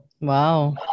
wow